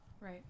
right